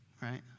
right